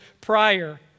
prior